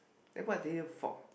then what are they for